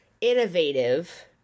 innovative